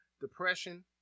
depression